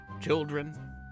children